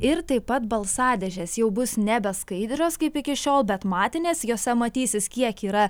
ir taip pat balsadėžės jau bus nebe skaidrios kaip iki šiol bet matinės jose matysis kiek yra